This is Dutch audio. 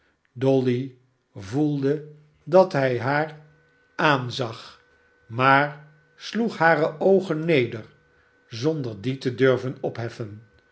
dolly voelde dat hij haar aanzag maar sloeg hare oogen neder zonder die te durven opheffen